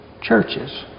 churches